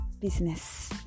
business